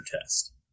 test